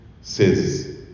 says